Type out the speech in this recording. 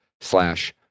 slash